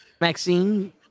Maxine